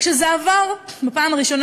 כשזה עבר בפעם הראשונה,